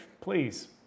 Please